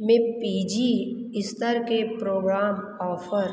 में P G स्तर के प्रोग्राम ऑफ़र